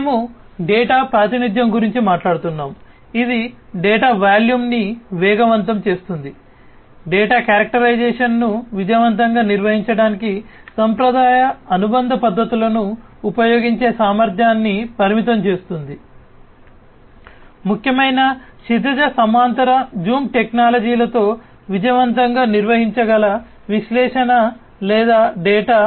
మేము డేటా ప్రాతినిధ్యం గురించి మాట్లాడుతున్నాము ఇది డేటా వాల్యూమ్ను వేగవంతం చేస్తుంది డేటా క్యారెక్టరైజేషన్ విజయవంతంగా నిర్వహించడానికి సంప్రదాయ అనుబంధ పద్ధతులను ఉపయోగించే సామర్థ్యాన్ని పరిమితం చేస్తుంది ముఖ్యమైన క్షితిజ సమాంతర జూమ్ టెక్నాలజీలతో విజయవంతంగా నిర్వహించగల విశ్లేషణ లేదా డేటా